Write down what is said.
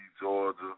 Georgia